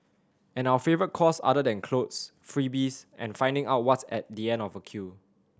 and our favourite cause other than clothes freebies and finding out what's at the end of a queue